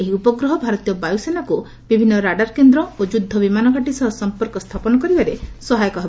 ଏହି ଉପଗ୍ରହ ଭାରତୀୟ ବାୟୁ ସେନାକୁ ବିଭିନ୍ନ ରାଡାର କେନ୍ଦ୍ର ଓ ଯୁଦ୍ଧ ବିମାନ ଘାଟି ସହ ସମ୍ପର୍କ ସ୍ଥାପନ କରିବାରେ ସହାୟକ ହେବ